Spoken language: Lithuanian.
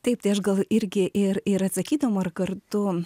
taip tai aš gal irgi ir ir atsakydama ir kartu